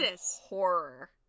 horror